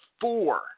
four